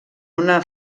una